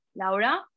Laura